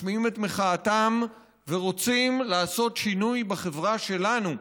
משמיעים את מחאתם ורוצים לעשות שינוי בחברה שלנו,